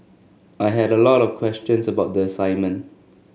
I had a lot of questions about the assignment